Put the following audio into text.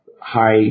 high